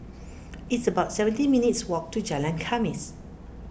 it's about seventeen minutes' walk to Jalan Khamis